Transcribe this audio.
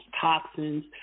toxins